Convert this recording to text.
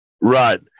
Right